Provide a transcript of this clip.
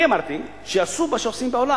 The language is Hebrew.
אני אמרתי שיעשו מה שעושים בעולם.